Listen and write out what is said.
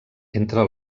entre